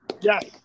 Yes